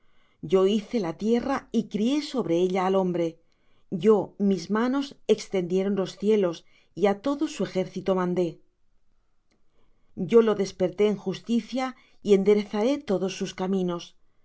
yo hice la tierra y crié sobre ella al hombre yo mis manos extendieron los cielos y á todo su ejército mandé yo lo desperté en justicia y enderezaré todos sus caminos